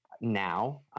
now